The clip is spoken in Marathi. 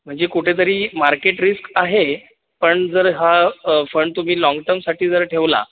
म्हणजे कुठेतरी मार्केट रिस्क आहे पण जर हा फंड तुम्ही लॉंग टर्मसाठी जर ठेवला